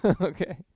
okay